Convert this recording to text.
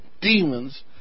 demons